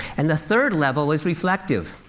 and the third level is reflective,